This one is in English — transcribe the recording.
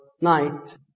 night